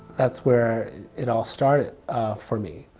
that's where it all started for me,